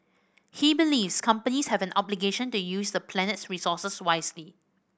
he believes companies have an obligation to use the planet's resources wisely